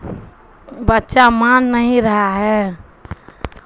بچہ مان نہیں رہا ہے